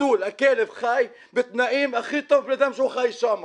החתול - חי בתנאים הכי טובים מבן אדם שחי שם.